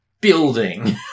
building